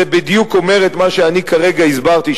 זה בדיוק אומר את מה שאני כרגע הסברתי,